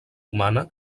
humana